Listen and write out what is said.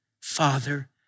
Father